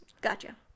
Gotcha